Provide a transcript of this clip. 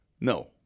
No